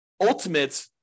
ultimate